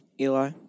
Eli